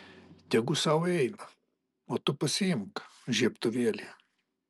tegu sau eina o tu pasiimk žiebtuvėlį